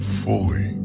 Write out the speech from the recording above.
fully